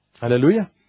Hallelujah